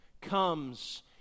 comes